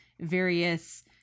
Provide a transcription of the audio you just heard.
various